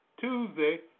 Tuesday